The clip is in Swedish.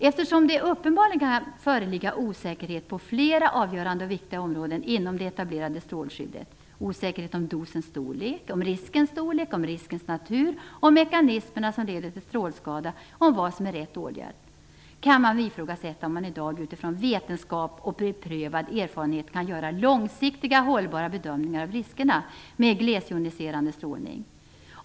Eftersom det uppenbarligen kan föreligga osäkerhet på flera avgörande och viktiga områden inom det etablerade strålskyddet - osäkerhet om dosens storlek, om riskens storlek, om riskens natur, om de mekanismer som leder till strålskada och om vad som är rätt åtgärd - kan det ifrågasättas om man i dag utifrån vetenskap och beprövad erfarenhet kan göra långsiktigt hållbara bedömningar av riskerna med glesjoniserande strålning.